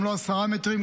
גם לא עשרה מטרים,